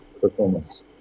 performance